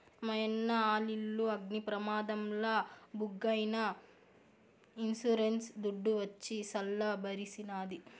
మాయన్న ఆలిల్లు అగ్ని ప్రమాదంల బుగ్గైనా ఇన్సూరెన్స్ దుడ్డు వచ్చి సల్ల బరిసినాది